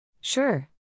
Sure